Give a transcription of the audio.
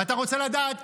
ואתה רוצה לדעת,